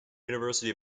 university